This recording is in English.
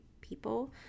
people